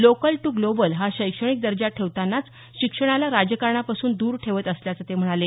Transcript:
local to global हा शैक्षणिक दर्जा ठेवतानाच शिक्षणाला राजकारणापासून दूर ठेवत असल्याचं ते म्हणाले